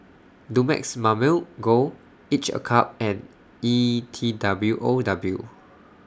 Dumex Mamil Gold Each A Cup and E T W O W